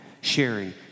sharing